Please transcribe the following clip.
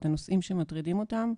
את הנושאים שמטרידים אותם,